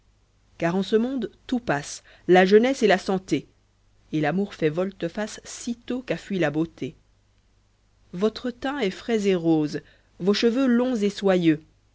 car en ce monde tout passe la jeunesse et la santé et l'amour fait volte-face sitôt qu'a fui la beauté votre teint est frais et rose vos cheveux longs et soyeux